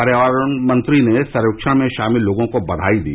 पर्यावरण मंत्री ने सर्वेक्षण में शामिल लोगों को बधाई दी